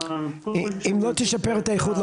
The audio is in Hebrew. אם לא תשפר את האיכות,